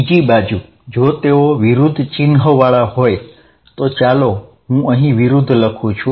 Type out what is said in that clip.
બીજી બાજુ જો તેઓ વિરુદ્ધ ચિહ્નવાળા હોય તો ચાલો હું અહીં વિરુદ્ધ લખું છું